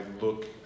look